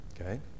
Okay